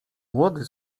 młody